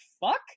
fuck